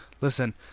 listen